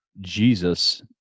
jesus